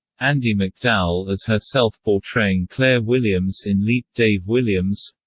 andie macdowell as herself portraying claire williams in leap dave williams